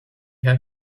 had